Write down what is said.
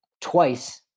twice